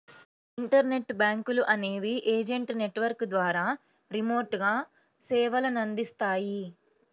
internet బ్యాంకులు అనేవి agent network ద్వారా రిమోట్గా సేవలనందిస్తాయి